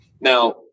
Now